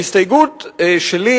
ההסתייגות שלי,